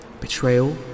Betrayal